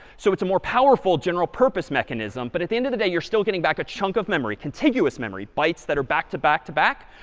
so it's a more powerful, general purpose mechanism. but at the end of the day, you're still getting back a chunk of memory, contiguous memory, bytes that are back to back to back.